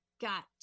got